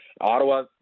Ottawa